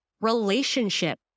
relationship